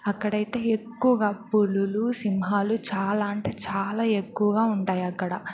అక్కడైతే ఎక్కువగా పులులు సింహాలు చాలా అంటే చాలా ఎక్కువగా ఉంటాయి అక్కడ